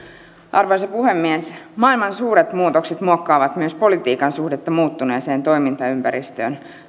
arvoisa puhemies maailman suuret muutokset muokkaavat myös politiikan suhdetta muuttuneeseen toimintaympäristöön